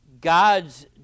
God's